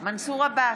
מנסור עבאס,